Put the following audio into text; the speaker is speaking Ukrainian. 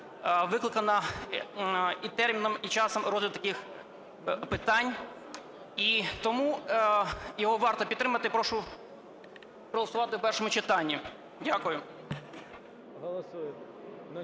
викликана і терміном, і часом розгляду таких питань. І тому його варто підтримати, прошу проголосувати в першому читанні. Дякую.